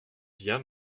bien